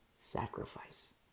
Sacrifice